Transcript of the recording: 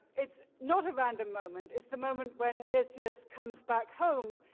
it's not a random moment. it's the moment when odysseus comes back home,